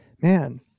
man